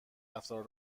رفتار